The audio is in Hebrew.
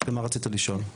מה רצית לשאול?